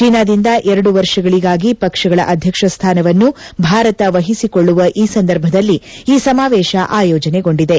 ಚೀನಾದಿಂದ ಎರಡು ವರ್ಷಗಳಿಗಾಗಿ ಪಕ್ಷಗಳ ಅಧ್ಯಕ್ಷ ಸ್ಥಾನವನ್ನು ಭಾರತ ವಹಿಸಿಕೊಳ್ಳುವ ಈ ಸಂದರ್ಭದಲ್ಲಿ ಈ ಸಮಾವೇಶ ಆಯೋಜನೆಗೊಂಡಿದೆ